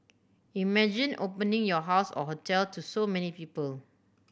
imagine opening your house or hotel to so many people